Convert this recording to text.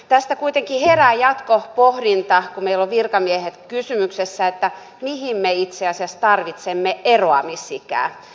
tästä kuitenkin herää jatkopohdinta kun meillä on virkamiehet kysymyksessä mihin me itse asiassa tarvitsemme eroamisikää